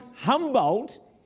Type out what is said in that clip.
Humboldt